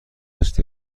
است